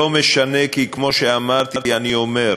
לא משנה, כי כמו שאמרתי, אני אומר: